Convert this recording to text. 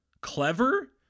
clever